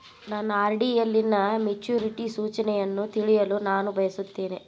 ನನ್ನ ಆರ್.ಡಿ ಯಲ್ಲಿನ ಮೆಚುರಿಟಿ ಸೂಚನೆಯನ್ನು ತಿಳಿಯಲು ನಾನು ಬಯಸುತ್ತೇನೆ